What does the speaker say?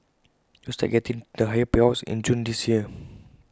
those are getting the higher payouts in June this year